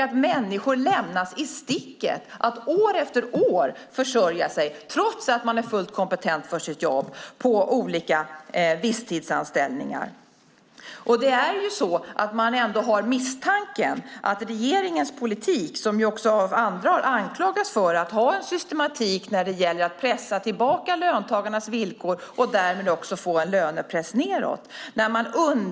Människor lämnas i sticket för att år efter år försörja sig på olika visstidsanställningar, trots att de är fullt kompetenta för sitt jobb. Man har ändå misstanken att regeringens politik har en systematik när det gäller att pressa tillbaka löntagarnas villkor och därmed också få en lönepress nedåt. Regeringen har även av andra anklagats för detta.